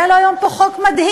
היה לו היום פה חוק מדהים,